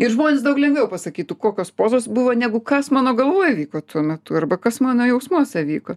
ir žmonės daug lengviau pasakytų kokios pozos buvo negu kas mano galvoj vyko tuo metu arba kas mano jausmuose vyko